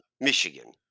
Michigan